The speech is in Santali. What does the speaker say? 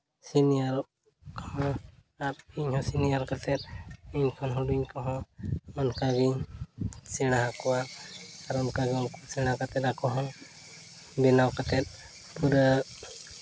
ᱥᱤᱱᱤᱭᱟᱨᱚᱜᱼᱟ ᱟᱨ ᱤᱧᱦᱚᱸ ᱥᱤᱱᱤᱭᱟᱨ ᱠᱟᱛᱮ ᱤᱧ ᱠᱷᱚᱱ ᱦᱩᱰᱤᱧ ᱠᱚᱦᱚᱸ ᱚᱱᱠᱟᱜᱤᱧ ᱥᱮᱬᱟ ᱟᱠᱚᱣᱟ ᱟᱨ ᱚᱱᱠᱟᱜᱮ ᱩᱱᱠᱩ ᱥᱮᱬᱟ ᱠᱟᱛᱮ ᱟᱠᱚ ᱦᱚᱸ ᱵᱮᱱᱟᱣ ᱠᱟᱛᱮ ᱯᱩᱨᱟᱹ